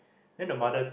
then the mother